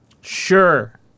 Sure